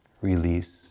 release